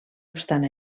obstant